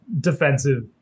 defensive